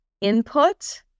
input